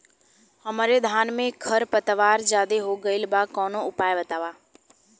हमरे धान में खर पतवार ज्यादे हो गइल बा कवनो उपाय बतावा?